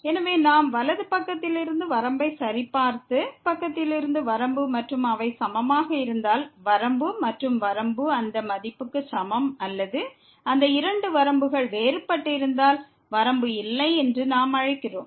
எனவே நாம் வலது பக்கத்தில் இருந்து வரம்பை சரிபார்த்து இடது பக்கத்தில் இருந்து வரம்பு மற்றும் அவை சமமாக இருந்தால் வரம்பு அந்த மதிப்புக்கு சமம் அல்லது அந்த இரண்டு வரம்புகள் வேறுபட்டிருந்தால் வரம்பு இல்லை என்று நாம் அழைக்கிறோம்